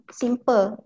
simple